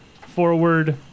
forward